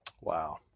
Wow